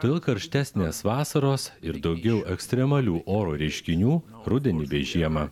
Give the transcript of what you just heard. todėl karštesnės vasaros ir daugiau ekstremalių oro reiškinių rudenį bei žiemą